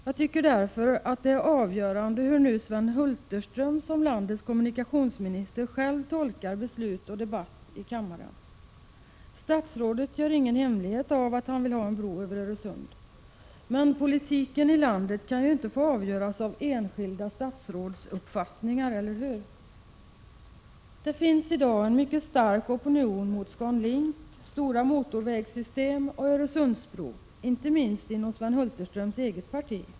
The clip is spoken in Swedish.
Jag tycker därför att det är avgörande hur Sven Hulterström, som landets kommunikationsminister, nu tolkar beslut och debatt i kammaren. Statsrådet gör ingen hemlighet av att han vill ha en bro över Öresund. Men politiken i landet kan inte få avgöras av enskilda statsråds uppfattningar, eller hur? Det finns i dag en mycket stark opinion mot ScanLink, stora motorvägssystem och Öresundsbron — inte minst inom Sven Hulterströms eget parti.